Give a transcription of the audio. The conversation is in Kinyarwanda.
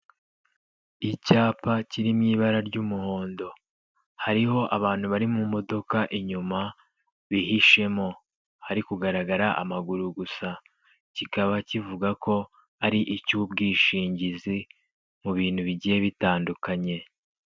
Icyapa kiri mu ibara ry'umuhondo, hariho abantu bari mu modoka inyuma bihishemo, hari kugaragara amaguru gusa, kikaba kivuga ko ari icy'ubwishingizi mu bintu bigiye bitandukanye.